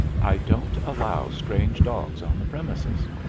i don't allow strange dogs on the premises.